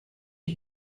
are